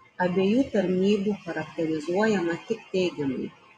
abiejų tarnybų charakterizuojama tik teigiamai